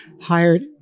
hired